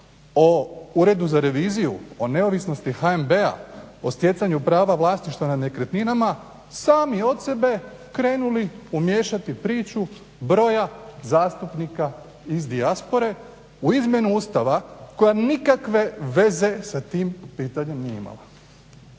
o Uredu za reviziju, o neovisnosti HNB-a, o stjecanju prava vlasništva nad nekretninama sami od sebe krenuli umiješati priču broja zastupnika iz dijaspore u izmjenu Ustava koja nikakve veze sa tim pitanjem nije imala.